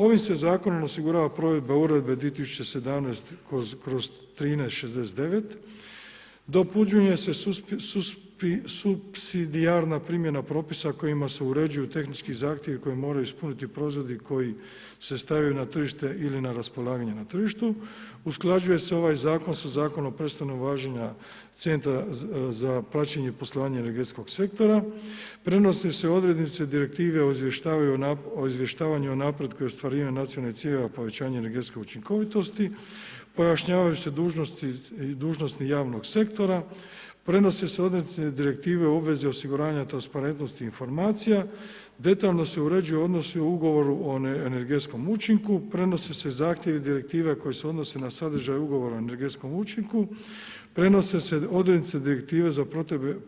Ovim se zakonom osigurava provedba uredbe 2017/13 69 ... primjena propisa kojima se uređuju tehnički zahtjevi koji moraju ispuniti proizvodi koji se stavljaju na tržište ili na raspolaganje na tržištu, usklađuje se ovaj zakon sa zakonom o prestanom važenja centra za praćenje i poslovanje energetskog sektora, prenose se odrednice direktive o izvještavanju o napretku i ostvarivanju nacionalnih ciljeva o povećanju energetske učinkovitosti, pojašnjavaju se dužnosti javnog sektora, prenose se odrednice direktive u obvezi osiguranja, transparentnosti i informacija, detaljno se uređuju odnosi u ugovoru o energetskom učinku, prenose se zahtjevi direktive koji se odnose na sadržaj ugovora o energetskom učinku, prenose se odrednice direktive za